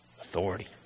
authority